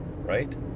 right